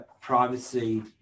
Privacy